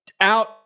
out